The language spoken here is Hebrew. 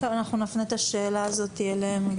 אנחנו נפנה את השאלה הזאת אליהם.